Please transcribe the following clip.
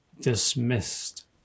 dismissed